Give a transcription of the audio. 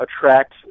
attract